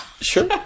Sure